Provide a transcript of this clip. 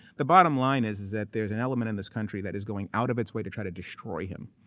the bottom line is, is that there's an element in this country that is going out of its way to try to destroy him,